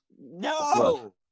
No